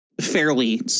fairly